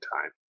time